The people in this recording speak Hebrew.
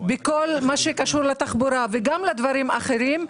בכל מה שקשור לתחבורה וגם לדברים אחרים,